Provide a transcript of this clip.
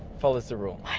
follows the rule.